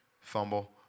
fumble